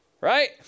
Right